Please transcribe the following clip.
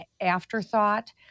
afterthought